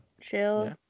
chill